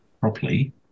properly